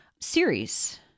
series